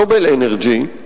"נובל אנרג'י",